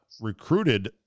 recruited